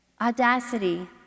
audacity